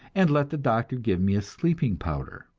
and let the doctor give me a sleeping powder.